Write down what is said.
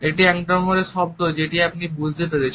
এটি একটি শব্দ যেটি আপনি বুঝতে পেরেছেন